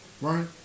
right